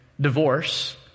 divorce